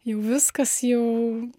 jau viskas jau